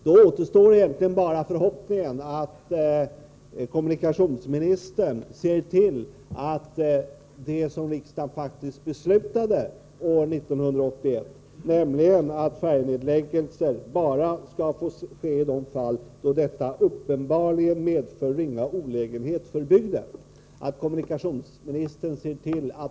Då återstår egentligen bara förhoppningen att kommunikationsministern ser till att det som riksdagen faktiskt beslöt år 1981 verkligen respekteras, nämligen att färjenedläggelser bara skall få ske i de fall då det uppenbarligen medför ringa olägenhet för bygden.